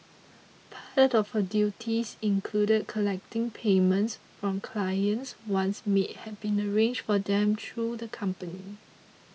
part of her duties included collecting payments from clients once maids had been arranged for them through the company